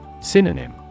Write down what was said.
Synonym